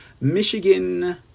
michigan